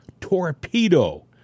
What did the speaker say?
torpedo